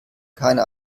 keine